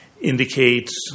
indicates